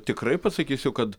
tikrai pasakysiu kad